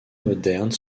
modernes